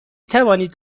توانید